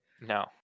No